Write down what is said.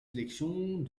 sélections